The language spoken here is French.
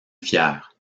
fier